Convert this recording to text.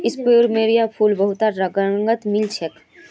plumeria फूल बहुतला रंगत मिल छेक